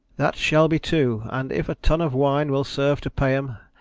that shall be too and if a tun of wine will serve to pay em,